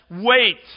wait